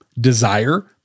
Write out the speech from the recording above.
Desire